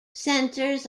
centres